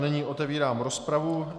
Nyní otvírám rozpravu.